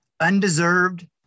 undeserved